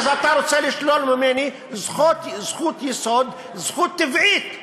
אז אתה רוצה לשלול ממני זכות יסוד, זכות טבעית,